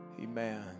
amen